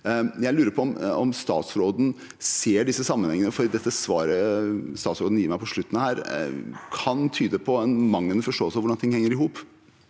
Jeg lurer på om statsråden ser disse sammenhengene, for det svaret statsråden gir meg på slutten her, kan tyde på en manglende forståelse av hvordan ting henger i hop.